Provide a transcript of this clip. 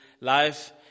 life